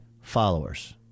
followers